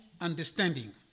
understanding